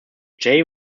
jay